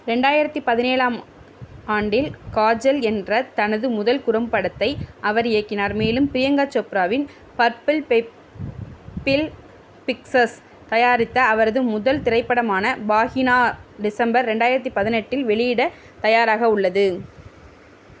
ரெண்டாயிரத்து பதினேழாம் ஆண்டில் காஜல் என்ற தனது முதல் குறும்படத்தை அவர் இயக்கினார் மேலும் பிரியங்கா சோப்ராவின் பர்ப்பிள் பெப்பிள் பிக்சஸ் தயாரித்த அவரது முதல் திரைப்படமான பாஹீனா டிசம்பர் ரெண்டாயிரத்தி பதினெட்டில் வெளியிட தயாராக உள்ளது